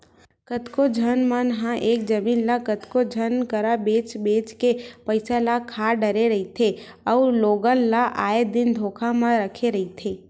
कतको झन मन ह एके जमीन ल कतको झन करा बेंच बेंच के पइसा ल खा डरे रहिथे अउ लोगन ल आए दिन धोखा म रखे रहिथे